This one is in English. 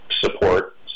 support